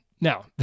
Now